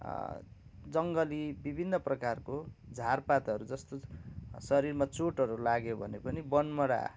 जङ्गली विभिन्न प्रकारको झार पातहरू जस्तो शरीरमा चोटहरू लाग्यो भने पनि बनमारा